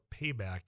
payback